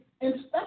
inspect